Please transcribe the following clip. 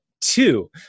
two